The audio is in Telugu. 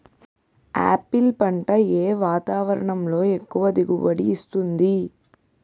ఆపిల్ పంట ఏ వాతావరణంలో ఎక్కువ దిగుబడి ఇస్తుంది?